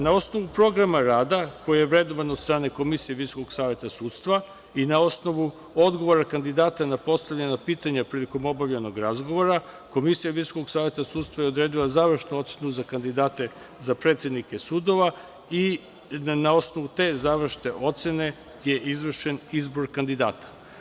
Na osnovu programa rada koji je vrednovan od strane komisije Visokog saveta sudstva i na osnovu odgovora kandidata na postavljena pitanja prilikom obavljenog razgovora, komisija Visokog saveta sudstva je odredila završnu ocenu za kandidate za predsednike sudova i na osnovu te završne ocene je izvršen izbor kandidata.